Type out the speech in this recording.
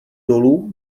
dolů